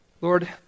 Lord